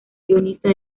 guionista